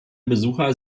besucher